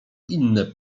inne